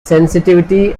sensitivity